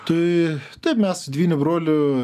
tai taip mes su dvyniu broliu